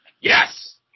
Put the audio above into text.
yes